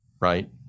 right